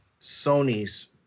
Sony's